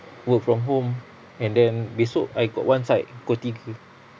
work from home and then besok I got one site pukul tiga